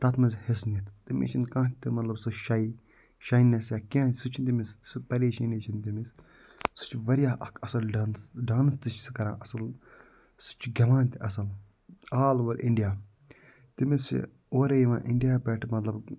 تَتھ منٛز حصہٕ نِتھ تٔمِس چھِنہٕ کانٛہہ تہِ مطلب سُہ شٕے شاے نٮ۪س یا کیٚنہہ سُہ چھِ تٔمِس سٔہ پریشٲنی چھِنہٕ تٔمِس سُہ چھِ واریاہ اَکھ اَصٕل ڈانَس ڈانَس تہِ چھِ سُہ کران اَصٕل سُہ چھِ گٮ۪وان تہِ اَصٕل آل اَوَر اِنٛڈِیا تٔمِس چھِ آورٕے یِوان اِنٛڈِیا پٮ۪ٹھ مطلب